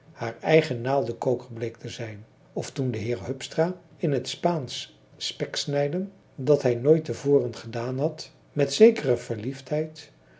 haar eigen naaldekoker bleek te zijn of toen de heer hupstra in het spaansch speksnijden dat hij nooit te voren gedaan had met zekere verliefdheid